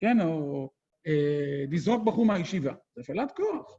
כן, או לזרוק בחור מהישיבה. זו הפעלת כוח.